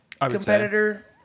competitor